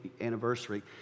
anniversary